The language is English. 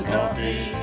Coffee